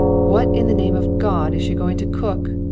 what in the name of god is she going to cook?